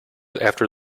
after